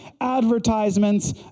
advertisements